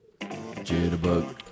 Jitterbug